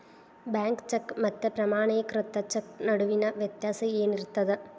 Bank cheque ಮತ್ತ ಪ್ರಮಾಣೇಕೃತ cheque ನಡುವಿನ್ ವ್ಯತ್ಯಾಸ ಏನಿರ್ತದ?